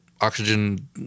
oxygen